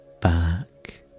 back